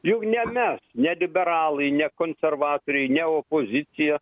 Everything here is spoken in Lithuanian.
jau ne mes ne liberalai ne konservatoriai ne opozicija